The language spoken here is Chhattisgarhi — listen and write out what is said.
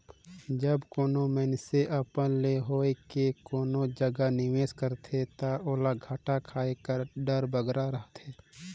जब कानो मइनसे अपन ले होए के कोनो जगहा निवेस करथे ता ओला घाटा खाए कर डर बगरा रहथे